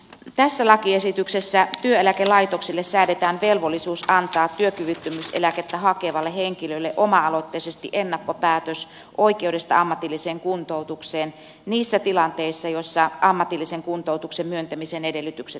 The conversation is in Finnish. tässä lakiesityksessä työeläkelaitoksille säädetään velvollisuus antaa työkyvyttömyyseläkettä hakevalle henkilölle oma aloitteisesti ennakkopäätös oikeudesta ammatilliseen kuntoutukseen niissä tilanteissa joissa ammatillisen kuntoutuksen myöntämisen edellytykset täyttyvät